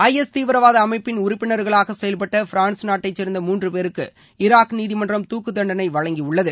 IS தீவிரவாத அமைப்பின் உறுப்பினர்களாக செயல்பட்ட ஃபிரான்ஸ் நாட்டைச் சேர்ந்த மூன்று பேருக்கு ஈராக் நீதிமன்றம் தூக்கு தண்டனை வழங்கியுள்ளது